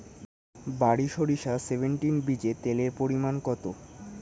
বারি সরিষা সেভেনটিন বীজে তেলের পরিমাণ কত?